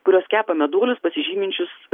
kurios kepa meduolius pasižyminčius